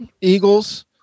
Eagles